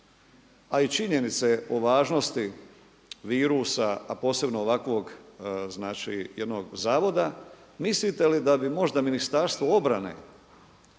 a i činjenice o važnosti virusa, a posebno ovakvog znači jednog zavoda? Mislite li da bi možda Ministarstvo obrane